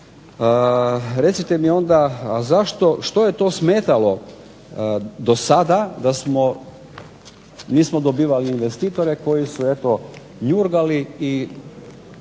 recite mi onda što je to smetalo do sada da nismo dobivali investitore koji su eto jurgali i